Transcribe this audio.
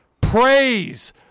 praise